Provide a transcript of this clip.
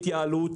שנתיים,